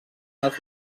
les